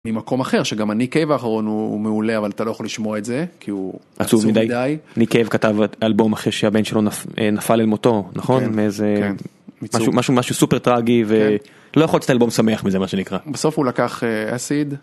ממקום אחר שגם אני כאב האחרון הוא מעולה אבל אתה לא יכול לשמוע את זה כי הוא עצוב מדי, אני מיקל כתב את האלבום אחרי שהבן שלו נפל אל מותו נכון. משהו משהו.. סופר טרגי ולא יכול לצאת אלבום שמח, מה שנקרא בסוף הוא לקח אסיד.